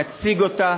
נציג אותה.